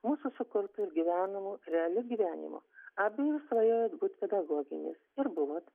mūsų sukurtu ir gyvenamu realiu gyvenimu abi jūs svajojot būt pedagogėmis ir buvot